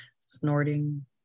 snorting